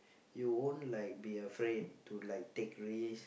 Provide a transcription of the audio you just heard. you won't like be afraid to like take risk